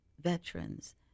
veterans